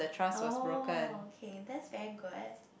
oh okay that's very good